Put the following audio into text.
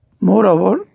Moreover